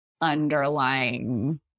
underlying